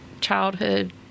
childhood